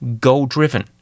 goal-driven